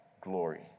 glory